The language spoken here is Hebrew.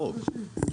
חוק